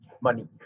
money